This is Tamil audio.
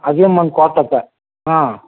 அதியமான் கோட்டப்ப ஆ